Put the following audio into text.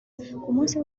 kumunsi